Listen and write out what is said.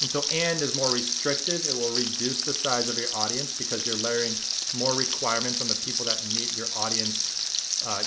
and so and is more restrictive. it will reduce the size of your audience, because you're layering more requirements on the people that meet your audience